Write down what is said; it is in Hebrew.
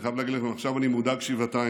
אני חייב להגיד לכם, עכשיו אני מודאג שבעתיים,